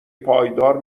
پایدار